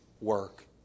work